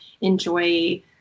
enjoy